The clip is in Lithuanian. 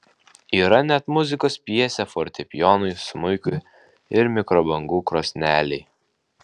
yra net muzikos pjesė fortepijonui smuikui ir mikrobangų krosnelei